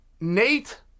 Nate